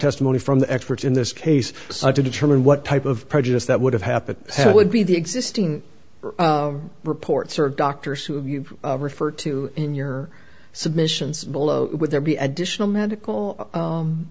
testimony from the experts in this case to determine what type of prejudice that would have happened so it would be the existing reports or doctors who refer to in your submissions below would there be additional medical